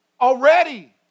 Already